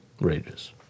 rages